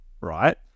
right